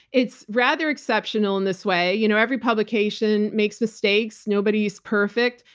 it's rather exceptional in this way. you know every publication makes mistakes. nobody's perfect.